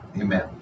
Amen